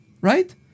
right